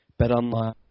BetOnline